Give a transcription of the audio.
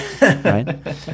right